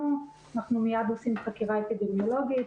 אנחנו מייד עושים חקירה אפידמיולוגית,